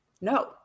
no